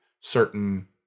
certain